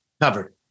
covered